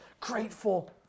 grateful